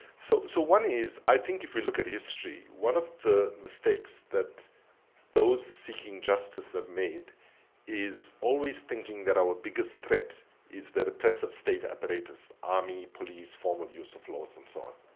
so so one is, i think if we look at history one of the mistakes that those seeking justice have made is always thinking that our biggest threat is the repressive state apparatus, army, police, formal use of laws, and so on.